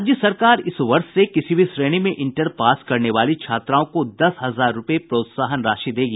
राज्य सरकार इस वर्ष से किसी भी श्रेणी में इंटर पास करने वाली छात्राओं को दस हजार रूपये प्रोत्साहन राशि देगी